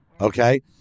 Okay